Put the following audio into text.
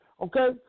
Okay